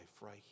right